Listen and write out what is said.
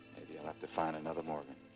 maybe i'll have to find another morgan.